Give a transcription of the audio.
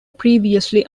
previously